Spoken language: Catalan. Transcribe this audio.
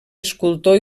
escultor